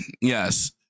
Yes